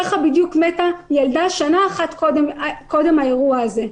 ככה בדיוק מתה ילדה שנה אחת קודם לאירוע הזה.